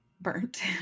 burnt